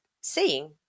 seeing